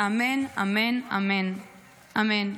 אמן, אמן, אמן.